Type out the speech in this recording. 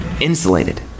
insulated